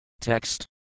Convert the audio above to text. Text